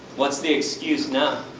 what's the excuse now?